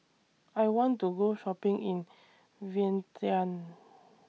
I want to Go Shopping in Vientiane